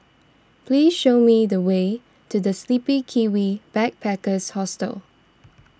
please show me the way to the Sleepy Kiwi Backpackers Hostel